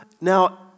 Now